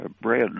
bread